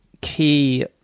key